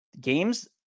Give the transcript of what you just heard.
games